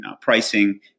pricing